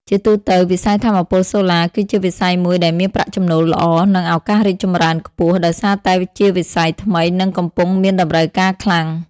ជាទូទៅ វិស័យថាមពលសូឡាគឺជាវិស័យមួយដែលមានប្រាក់ចំណូលល្អ និង ឱកាសរីកចម្រើនខ្ពស់ ដោយសារតែជាវិស័យថ្មី និងកំពុងមានតម្រូវការខ្លាំង។